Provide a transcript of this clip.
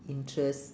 interest